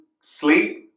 sleep